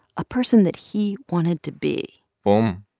a person that he wanted to be boom.